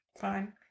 Fine